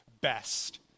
best